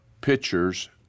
pictures